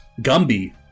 Gumby